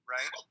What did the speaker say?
Right